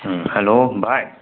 ꯎꯝ hello ꯚꯥꯏ